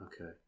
Okay